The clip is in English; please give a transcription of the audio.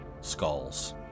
skulls